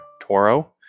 Toro